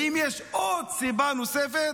האם יש סיבה נוספת?